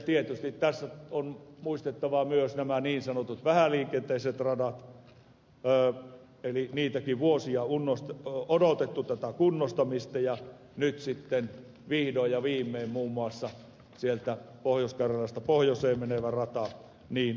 tietysti tässä on muistettava myös nämä niin sanotut vähäliikenteiset radat niidenkin osalta vuosia on odotettu tätä kunnostamista ja nyt sitten vihdoin ja viimein muun muassa pohjois karjalasta pohjoiseen menevä rata tullaan kunnostamaan